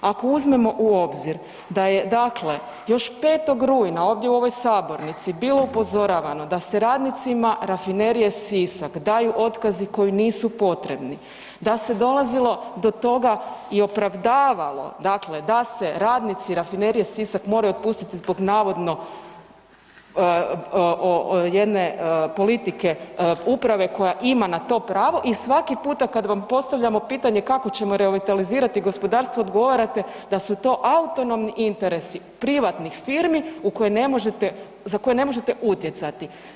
Ako uzmemo u obzir da je još 5. rujna ovdje u ovoj sabornici bilo upozoravano da se radnicima Rafinerije Sisak daju otkazi koji nisu potrebni, da se dolazilo do toga i opravdavalo da se radnici Rafinerije Sisak moraju otpustiti zbog navodno jedne politike uprave koja ima na to pravo i svaki puta kada vam postavljamo pitanje kako ćemo revitalizirati gospodarstvo odgovarate da su to autonomni interesi privatnih firmi za koje ne možete utjecati.